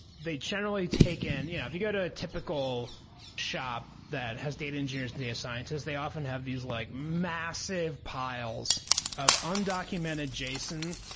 they generally take in yeah if you go to a typical shop that has data engineers and data scientists, they often have these like massive piles of undocumented json,